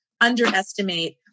underestimate